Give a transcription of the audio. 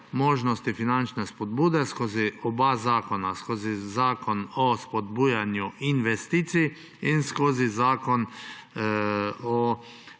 možnosti finančne spodbude skozi oba zakona, skozi Zakon o spodbujanju investicij in skozi Zakon o